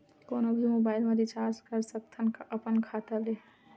कोनो भी मोबाइल मा रिचार्ज कर सकथव का अपन खाता ले?